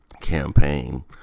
campaign